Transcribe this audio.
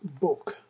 book